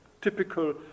typical